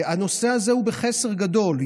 הנושא הזה הוא בחסר גדול.